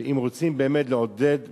אם רוצים לעודד,